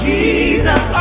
Jesus